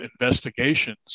investigations